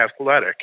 athletic